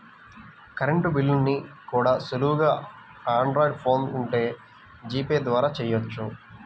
current బిల్లుల్ని కూడా సులువుగా ఆండ్రాయిడ్ ఫోన్ ఉంటే జీపే ద్వారా చెయ్యొచ్చు